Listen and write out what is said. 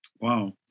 Wow